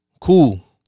cool